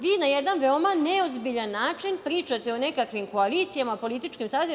Vi na jedan veoma neozbiljan način pričate o nekakvim koalicijama, političkim sazivima.